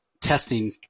testing